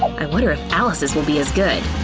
i wonder if alice's will be as good.